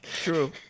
true